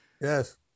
Yes